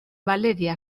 valeria